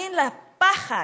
להאמין לפחד,